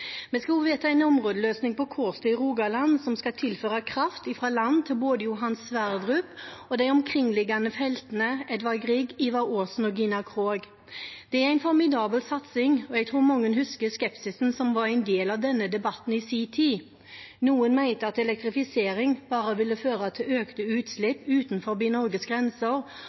Vi skal også vedta en områdeløsning på Kårstø i Rogaland, som skal tilføre kraft fra land til både Johan Sverdrup og de omkringliggende feltene Edvard Grieg, Ivar Aasen og Gina Krog. Det er en formidabel satsing, og jeg tror mange husker skepsisen som var en del av denne debatten i sin tid. Noen mente at elektrifisering bare ville føre til økte utslipp utenfor Norges grenser,